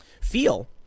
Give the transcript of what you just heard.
feel